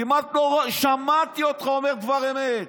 כמעט לא שמעתי אותך אומר דבר אמת.